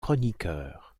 chroniqueur